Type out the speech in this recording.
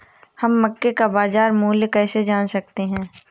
हम मक्के का बाजार मूल्य कैसे जान सकते हैं?